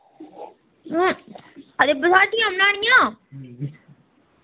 हां ते बसाठियां बनानियां